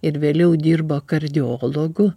ir vėliau dirbo kardiologu